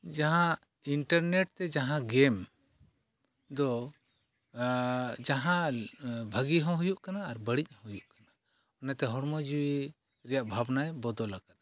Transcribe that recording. ᱡᱟᱦᱟᱸ ᱤᱱᱴᱟᱨᱱᱮᱴ ᱥᱮ ᱡᱟᱦᱟᱸ ᱜᱮᱢ ᱫᱚ ᱡᱟᱦᱟᱱ ᱵᱷᱟᱜᱮ ᱦᱚᱸ ᱦᱩᱭᱩᱜ ᱠᱟᱱᱟ ᱟᱨ ᱵᱟᱹᱲᱤᱡ ᱦᱚᱸ ᱦᱩᱭᱩᱜ ᱠᱟᱱᱟ ᱚᱱᱟᱛᱮ ᱦᱚᱲᱢᱚ ᱡᱤᱣᱤ ᱨᱮᱭᱟᱜ ᱵᱷᱟᱵᱽᱱᱟᱭ ᱵᱚᱫᱚᱞᱟᱠᱟᱫᱟ